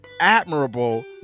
admirable